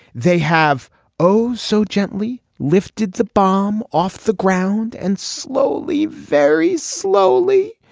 they have oh so gently lifted the bomb off the ground and slowly very slowly.